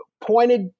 pointed